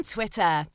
Twitter